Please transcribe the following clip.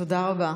תודה רבה.